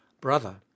Brother